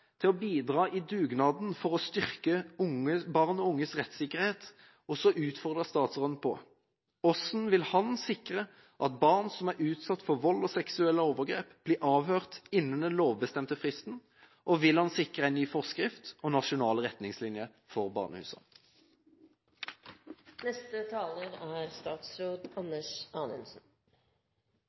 til å bidra i dugnaden for å styrke barn og unges rettssikkerhet, og jeg utfordrer statsråden på: Hvordan vil han sikre at barn som er utsatt for vold og seksuelle overgrep, blir avhørt innen den lovbestemte fristen? Og vil han sikre en ny forskrift og nasjonale retningslinjer for